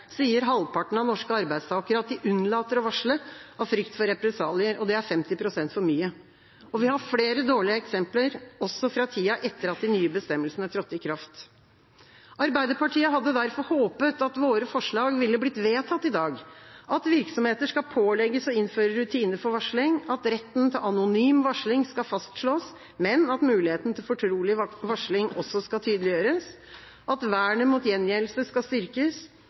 sier halvparten av norske arbeidstakere at de unnlater å varsle av frykt for represalier. Det er 50 pst. for mye. Vi har flere dårlige eksempler, også fra tida etter at de nye bestemmelsene trådte i kraft. Arbeiderpartiet hadde derfor håpet at våre forslag ville blitt vedtatt i dag; at virksomheter skal pålegges å innføre rutiner for varsling; at retten til anonym varsling skal fastslås, men at muligheten til fortrolig varsling også skal tydeliggjøres; at vernet mot gjengjeldelse skal styrkes;